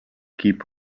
keep